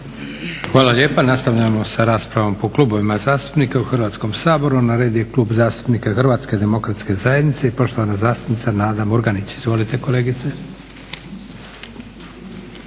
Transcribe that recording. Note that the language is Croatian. Hvala lijepa. Nastavljamo s raspravom po klubovima zastupnika u Hrvatskom saboru. Na redu je Klub zastupnika HDZ-a i poštovana zastupnica Nada Murganić. Izvolite kolegice.